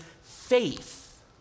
faith